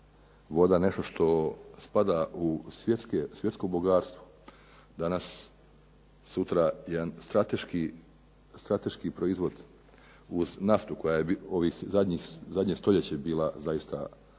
voda nešto što spada u svjetsko bogatstvo. Danas sutra jedan strateški proizvod uz naftu koja je ovih zadnje stoljeće bila zaista